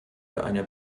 einer